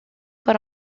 but